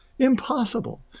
impossible